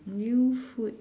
new food